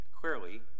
clearly